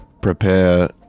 prepare